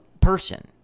person